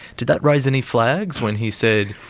did that raise any flags when he said,